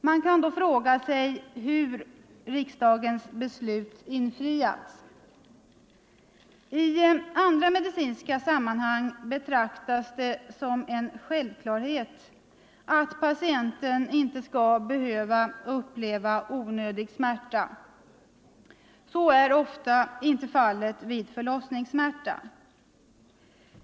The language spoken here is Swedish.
Man kan då fråga sig hur riksdagens beslut infriats. I andra medicinska sammanhang betraktas det som en självklarhet att patienten inte skall behöva uppleva onödig smärta. Så är ofta inte fallet vid förlossningssmärta.